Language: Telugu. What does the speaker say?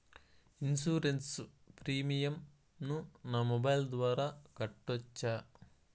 ఇన్సూరెన్సు ప్రీమియం ను నా మొబైల్ ద్వారా కట్టొచ్చా?